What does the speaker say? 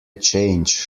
change